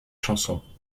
chansons